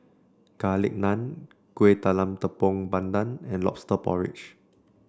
Garlic Naan Kuih Talam Tepong Pandan and lobster porridge